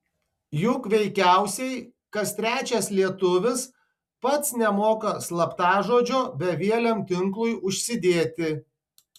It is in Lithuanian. juk veikiausiai kas trečias lietuvis pats nemoka slaptažodžio bevieliam tinklui užsidėti